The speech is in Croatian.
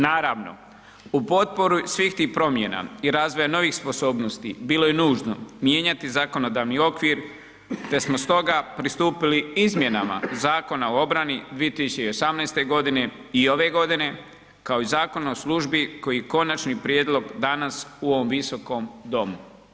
Naravno, u potporu svih tih promjena i razvoja novih sposobnosti bilo je nužno mijenjati zakonodavni okvir, te smo stoga pristupili izmjenama Zakona o obrani 2018.g. i ove godine, kao i Zakon o službi ko i Konačni prijedlog danas u ovom Visokom domu.